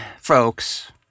folks